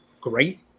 great